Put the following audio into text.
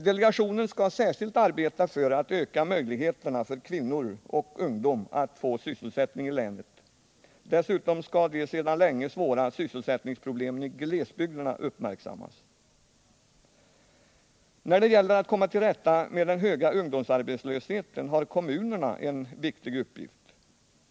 Delegationen skall särskilt arbeta för att öka möjligheterna för kvinnor och ungdom att få sysselsättning i länet. Dessutom skall de sedan länge svåra sysselsättningsproblemen i glesbygderna uppmärksammas. När det gäller att komma till rätta med den höga ungdomsarbetslösheten har kommunerna en viktig uppgift.